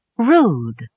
Rude